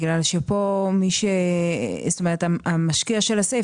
בגלל שפה זאת אומרת המשקיע של הסייף